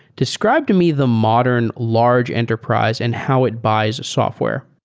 describe to me the modern large enterprise and how it buys software.